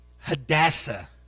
hadassah